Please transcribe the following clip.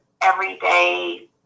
everyday